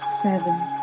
Seven